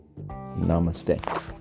Namaste